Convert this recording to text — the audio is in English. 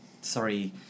sorry